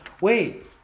Wait